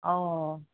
অ'